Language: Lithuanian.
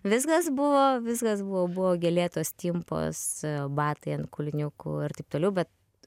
viskas buvo viskas buvo buvo gėlėtos timpos batai ant kulniukų ir taip toliau bet